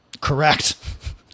Correct